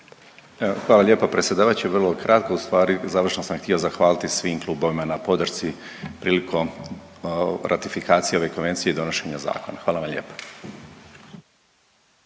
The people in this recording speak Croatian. Hvala lijepo predsjedavajući. Vrlo kratko, u stvari završno sam htio zahvaliti svim klubovima na podršci prilikom ratifikacije ove konvencije i donošenja zakona. Hvala vam lijepo.